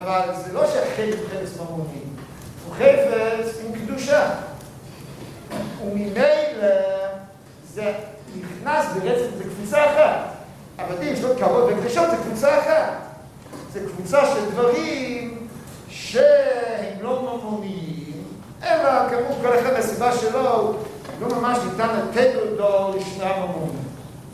אבל זה לא שהחפץ הוא חפץ ממונים, הוא חפץ עם קדושה וממילא זה נכנס ברצף, זה קפיצה אחת עבדים של כבוד וקדושות זו קבוצה אחת, זו קבוצה של דברים שהם לא ממומניים אלא כאמור כל אחד מהסיבה שלא ממש ניתן לתת אותו לשמירה ממונית